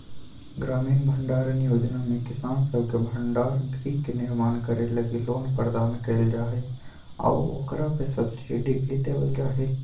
ग्रामीण भंडारण योजना में किसान सब के भंडार गृह के निर्माण करे लगी लोन प्रदान कईल जा हइ आऊ ओकरा पे सब्सिडी भी देवल जा हइ